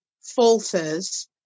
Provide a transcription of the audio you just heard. falters